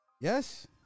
Yes